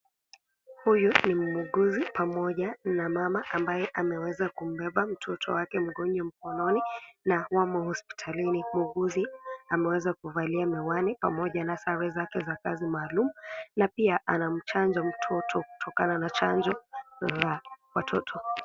Huyu ni muuguzi pamoja na mama ambaye ameweza kumbeba mtoto wake mgonjwa mkononi, na wamo hospitalini. Muuguzi ameweza kuvalia miwani pamoja na sare zake za kazi maalum, na pia anamchanja mtoto kutokana na chanjo za watoto.